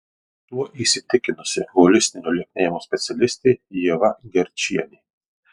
tuo įsitikinusi holistinio lieknėjimo specialistė ieva gerčienė